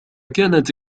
كانت